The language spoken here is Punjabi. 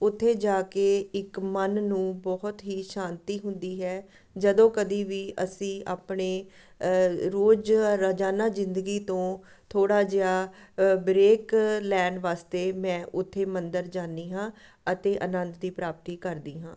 ਉੱਥੇ ਜਾ ਕੇ ਇੱਕ ਮਨ ਨੂੰ ਬਹੁਤ ਹੀ ਸ਼ਾਂਤੀ ਹੁੰਦੀ ਹੈ ਜਦੋਂ ਕਦੀ ਵੀ ਅਸੀਂ ਆਪਣੇ ਰੋਜ਼ ਰੋਜ਼ਾਨਾ ਜ਼ਿੰਦਗੀ ਤੋਂ ਥੋੜ੍ਹਾ ਜਿਹਾ ਬਰੇਕ ਲੈਣ ਵਾਸਤੇ ਮੈਂ ਉੱਥੇ ਮੰਦਰ ਜਾਂਦੀ ਹਾਂ ਅਤੇ ਅਨੰਦ ਦੀ ਪ੍ਰਾਪਤੀ ਕਰਦੀ ਹਾਂ